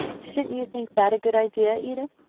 shouldn't you think that a good idea, edith?